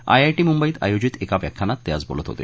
आयआय T मुंबईत आयोजित एका व्याख्यानात ते बोलत होते